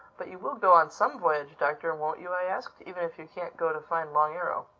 but you will go on some voyage, doctor, won't you? i asked even if you can't go to find long arrow.